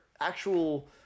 actual